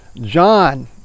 John